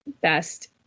Best